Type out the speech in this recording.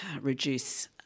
reduce